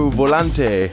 volante